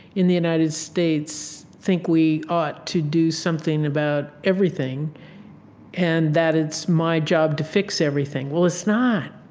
in the united states, think we ought to do something about everything and that it's my job to fix everything. well it's not.